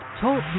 Talk